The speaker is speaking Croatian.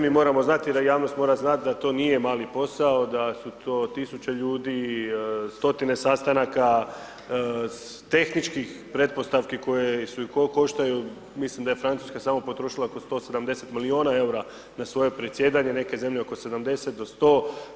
Mi moramo znati, da javnost mora znati, da to nije mali posao, da su to tisuće ljudi, stotine sastanaka, tehničkih pretpostavki koje su i koštaju, mislim da je Francuska samo potrošila oko 170 milijuna EUR-a na svoje predsjedanje, neke zemlje oko 70 do 100.